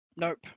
Nope